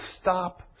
stop